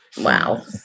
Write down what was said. Wow